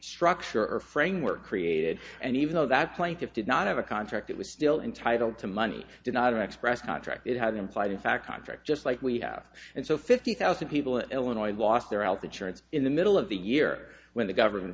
structure or framework created and even though that plaintiff did not have a contract that was still entitled to money did not express contract it had implied in fact contract just like we have and so fifty thousand people in illinois lost their health insurance in the middle of the year when the government